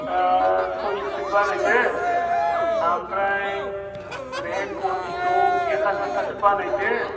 सयस'सो बानायदो आमफ्राय ओरैहाय बरफिखौ एक हाजारथासो बानायदो